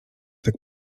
tak